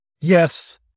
yes